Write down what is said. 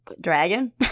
Dragon